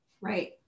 right